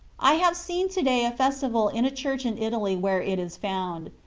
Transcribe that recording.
i have seen to day a festival in a church in italy where it is found.